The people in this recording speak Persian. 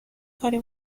کاری